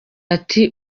ati